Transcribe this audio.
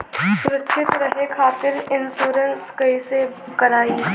सुरक्षित रहे खातीर इन्शुरन्स कईसे करायी?